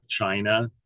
China